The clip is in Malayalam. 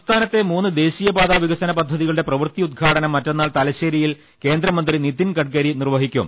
സംസ്ഥാനത്തെ മൂന്ന് ദേശീയപാതാ വികസന പദ്ധ തികളുടെ പ്രവൃത്തി ഉദ്ഘാടനം മറ്റന്നാൾ തലശേരിയിൽ കേന്ദ്രമന്ത്രി നിതിൻ ഗഡ്കരി നിർവഹിക്കും